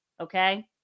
Okay